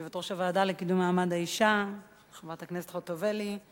יושבת-ראש הוועדה לקידום מעמד האשה חברת הכנסת חוטובלי,